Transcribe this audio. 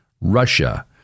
Russia